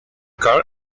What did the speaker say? car